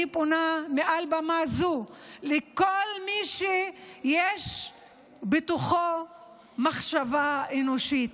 אני פונה מעל במה זו לכל מי שיש בתוכו מחשבה אנושית,